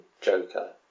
Joker